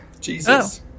Jesus